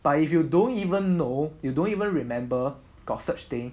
but if you don't even know you don't even remember got such thing